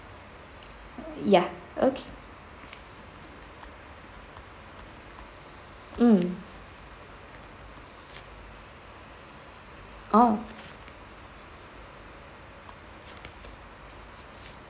ya okay mm oh